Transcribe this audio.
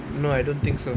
no I don't think so